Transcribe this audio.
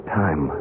time